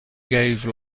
gave